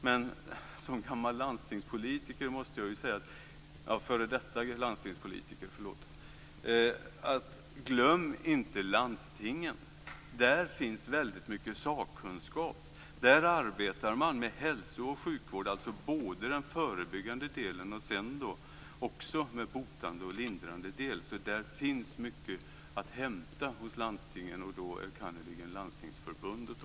Men som gammal f.d. landstingspolitiker måste jag säga: Glöm inte landstingen! Där finns väldigt mycket sakkunskap. Där arbetar man med hälso och sjukvård, dvs. både den förebyggande delen och den botande och lindrande delen. Det finns mycket att hämta hos landstingen, och då enkannerligen Landstingsförbundet.